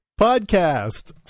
podcast